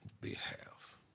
behalf